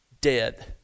dead